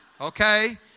Okay